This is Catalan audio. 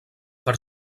per